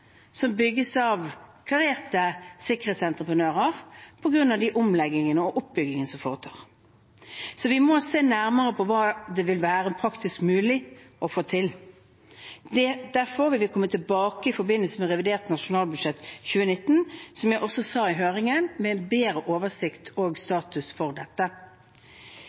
som bygges av klarerte sikkerhetsentreprenører på grunn av de omleggingene og den oppbyggingen som foretas. Så vi må se nærmere på hva det vil være praktisk mulig å få til. Derfor vil vi komme tilbake i forbindelse med revidert nasjonalbudsjett for 2019 – som jeg også sa i høringen – med en bedre oversikt og status for dette.